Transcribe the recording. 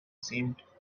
seemed